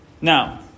Now